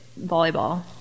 volleyball